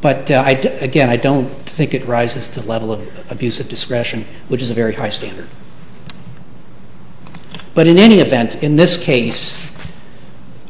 but again i don't think it rises to the level of abuse of discretion which is a very high standard but in any event in this case